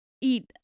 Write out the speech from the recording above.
eat